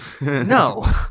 No